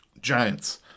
Giants